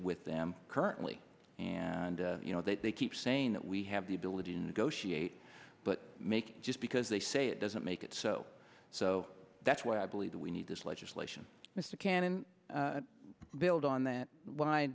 with them currently and you know that they keep saying that we have the ability to negotiate but make just because they say it doesn't make it so so that's why i believe that we need this legislation mr cannon build on that why